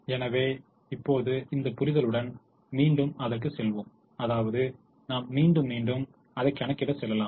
எனவே இப்போது இந்த புரிதலுடன் மீண்டும் அதற்கு செல்வோம் அதாவது நாம் மீண்டும் மீண்டும் அதை கணக்கிட செல்லலாம்